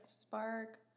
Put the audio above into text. spark